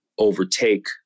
Overtake